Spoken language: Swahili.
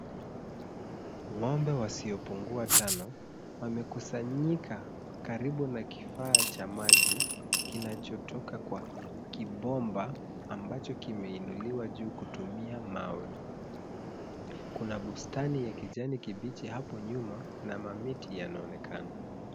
Ngombe wasiopungua tano wamekusanyika karibu na kifaa cha maji kinacho toka kwa kibomba ambacho kimeinuliwa juu kutumia mawe. Kuna bustani ya kijani kibichi hapo nyuma na mamiti yanaonekana.